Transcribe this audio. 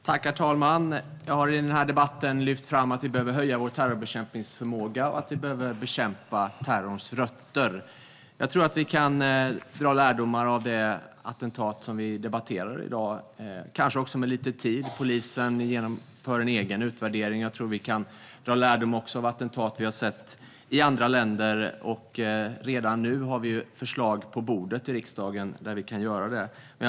Herr talman! Jag har i denna debatt lyft fram att vi behöver höja vår terrorbekämpningsförmåga och att vi behöver bekämpa terrorns rötter. Jag tror att vi kan dra lärdomar av det attentat som vi debatterar i dag. Det kan vi kanske också göra om en liten tid - polisen genomför en egen utvärdering. Jag tror att vi kan dra lärdom av attentat vi har sett i andra länder. Redan nu har vi förslag på riksdagens bord, så vi kan göra detta.